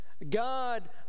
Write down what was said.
God